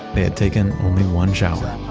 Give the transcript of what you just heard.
they had taken only one shower.